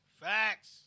Facts